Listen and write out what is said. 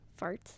Farts